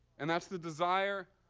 and that's the desire,